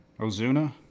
Ozuna